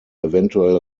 eventuell